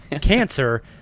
cancer